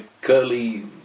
curly